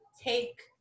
take